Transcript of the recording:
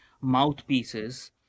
mouthpieces